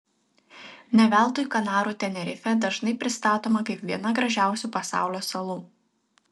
ne veltui kanarų tenerifė dažnai pristatoma kaip viena gražiausių pasaulio salų